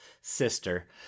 sister